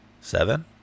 Seven